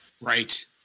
Right